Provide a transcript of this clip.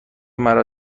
مرا